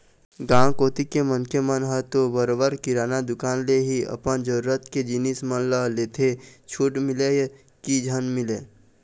गाँव कोती के मनखे मन ह तो बरोबर किराना दुकान ले ही अपन जरुरत के जिनिस मन ल लेथे छूट मिलय की झन मिलय